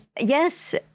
Yes